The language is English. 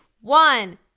One